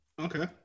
Okay